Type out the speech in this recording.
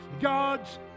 god's